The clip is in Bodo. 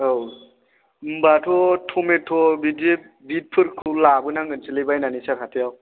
औ होनबाथ' टमेट' बिदि बिटफोरखौ लाबोनांगोनसोलै बायनानै सार हाथायाव